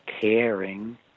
caring